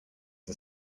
are